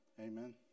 Amen